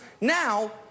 Now